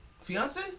fiance